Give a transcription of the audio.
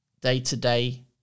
day-to-day